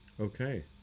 Okay